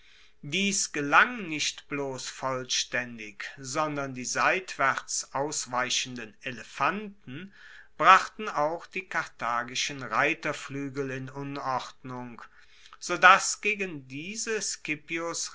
dies gelang nicht bloss vollstaendig sondern die seitwaerts ausweichenden elefanten brachten auch die karthagischen reiterfluegel in unordnung so dass gegen diese